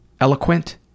eloquent